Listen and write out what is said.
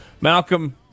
Malcolm